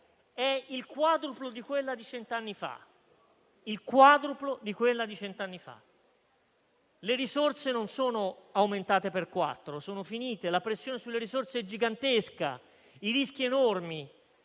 è il quadruplo di quella di cento anni fa. Le risorse non sono aumentate per quattro, ma sono finite. La pressione sulle risorse è gigantesca; i rischi sono enormi.